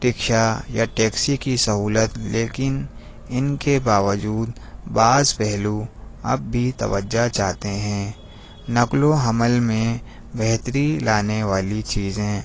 رکشہ یا ٹیکسی کی سہولت لیکن ان کے باوجود بعض پہلو اب بھی توجہ چاہتے ہیں نقل و حمل میں بہتری لانے والی چیزیں